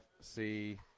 see